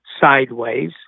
sideways